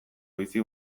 bizi